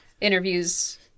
Interviews